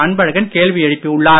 அன்பழகன் கேள்வி எழுப்பி உள்ளார்